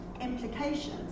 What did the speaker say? implications